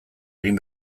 egin